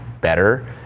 better